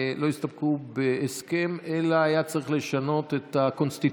לא הסתפקו בהסכם אלא היה צריך לשנות את הקונסטיטוציה.